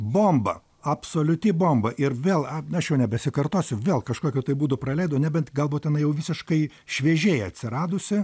bomba absoliuti bomba ir vėl aš jau nebesikartosiu vėl kažkokiu būdu praleidau nebent galbūt jinai jau visiškai šviežiai atsiradusi